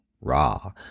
Raw